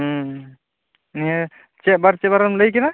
ᱦᱩᱸ ᱦᱩᱸ ᱱᱤᱭᱟᱸ ᱪᱮᱫ ᱵᱟᱨ ᱪᱮᱫ ᱵᱟᱨᱮᱢ ᱞᱟ ᱭᱠᱮᱫᱟ